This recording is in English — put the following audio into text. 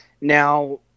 Now